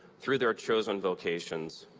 through their chosen vocations,